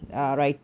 ya